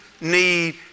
need